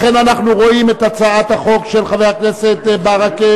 לכן אנחנו רואים את הצעת החוק של חבר הכנסת ברכה